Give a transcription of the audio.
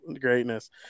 greatness